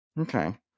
okay